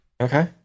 okay